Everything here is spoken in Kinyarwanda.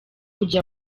kujya